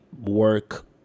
work